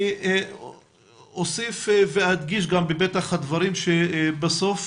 אני אוסיף ואדגיש גם בפתח הדברים שבסוף